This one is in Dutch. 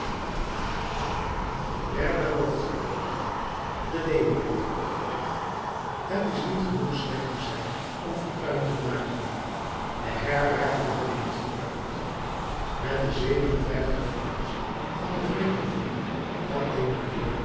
derde hoofdstuk de leeuwerik het is niet genoeg slecht te zijn om fortuin te maken de herberg wilde niet vooruit met de zeven en vijftig francs van de vreemde vrouw had